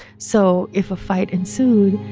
so if a fight ensued,